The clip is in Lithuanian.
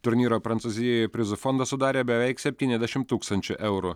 turnyro prancūzijoje prizų fondą sudarė beveik septyniasdešimt tūkstančių eurų